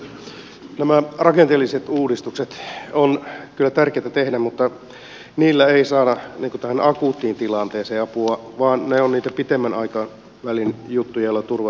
nämä rakenteelliset uudistukset ovat kyllä tärkeitä tehdä mutta niillä ei saada tähän akuuttiin tilanteeseen apua vaan ne ovat niitä pitemmän aikavälin juttuja joilla turvataan sitä tulevaisuutta